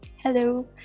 Hello